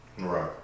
Right